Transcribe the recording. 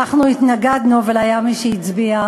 אנחנו התנגדנו אבל היה מי שהצביע,